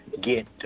get –